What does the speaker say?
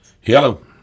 Hello